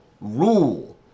rule